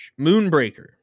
Moonbreaker